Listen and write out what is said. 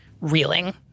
reeling